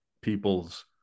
people's